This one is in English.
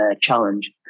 challenge